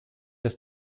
dass